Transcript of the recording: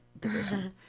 division